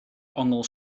ongl